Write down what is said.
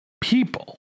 people